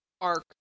arc